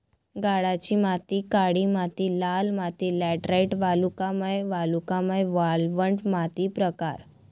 गाळाची माती काळी माती लाल माती लॅटराइट वालुकामय वालुकामय वाळवंट माती प्रकार